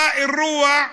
באירוע,